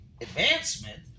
advancement